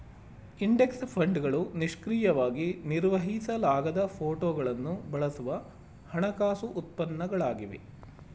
index ಫಂಡ್ಗಳು ನಿಷ್ಕ್ರಿಯವಾಗಿ ನಿರ್ವಹಿಸಲಾಗದ ಫೋಟೋಗಳನ್ನು ಬಳಸುವ ಹಣಕಾಸು ಉತ್ಪನ್ನಗಳಾಗಿವೆ